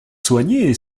soigner